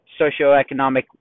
socioeconomic